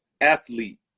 athlete